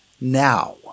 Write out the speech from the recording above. now